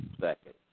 second